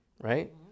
right